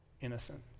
innocent